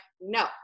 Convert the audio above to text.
no